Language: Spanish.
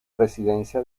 residencia